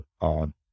on